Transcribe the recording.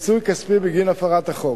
פיצוי כספי בגין הפרת החוק.